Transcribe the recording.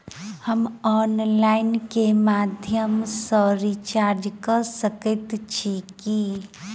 हम ऑनलाइन केँ माध्यम सँ रिचार्ज कऽ सकैत छी की?